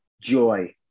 joy